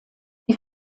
die